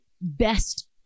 best